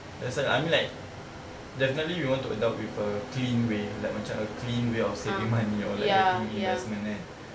that's why I mean like definitely we want to adult with a clean way like macam a clean way of saving money or like getting investment kan